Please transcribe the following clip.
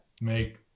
make